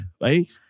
right